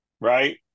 right